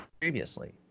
previously